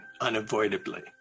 unavoidably